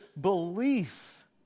belief